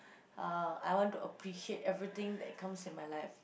uh I want to appreciate everything that comes in my life